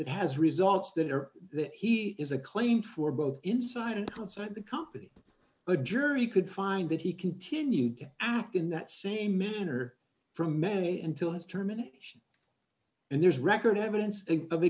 that has results that are that he is a claim for both inside and outside the company but jury could find that he continued to act in that same manner for many until his terminations and there's record evidence of